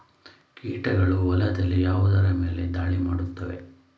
ಕೀಟಗಳು ಹೊಲದಲ್ಲಿ ಯಾವುದರ ಮೇಲೆ ಧಾಳಿ ಮಾಡುತ್ತವೆ?